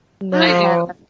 No